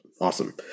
awesome